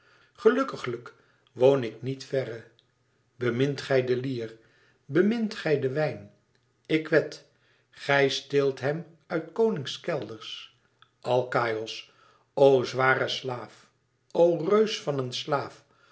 gelukkiglijk woon ik niet verre bemint gij de lier bemint gij den wijn ik wed gij steelt hem uit s konings kelders alkaïos o zware slaaf o reus van een slaaf